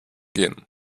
gehen